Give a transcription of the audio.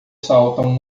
saltam